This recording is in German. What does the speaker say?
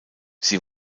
sie